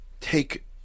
Take